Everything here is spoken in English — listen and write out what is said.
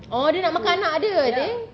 oh dia nak makan anak dia I think